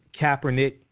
Kaepernick